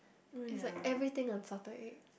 is like everything on salted egg